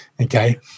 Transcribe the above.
okay